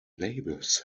neighbours